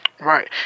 Right